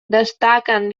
destaquen